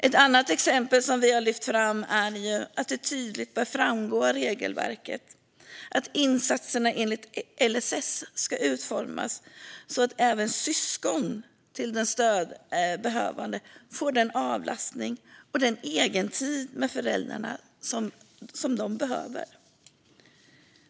Ett annat exempel som vi har lyft fram är att det tydligt bör framgå av regelverket att insatserna enligt LSS ska utformas så att även syskon till den stödbehövande får den avlastning och den egentid med föräldrarna som de behöver.